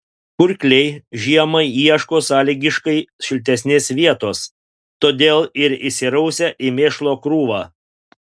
kurkliai žiemai ieško sąlygiškai šiltesnės vietos todėl ir įsirausia į mėšlo krūvą